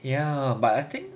ya but I think